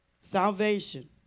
Salvation